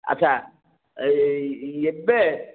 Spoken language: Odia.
ଆଚ୍ଛା ଏଇ ଏବେ